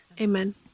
Amen